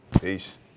Peace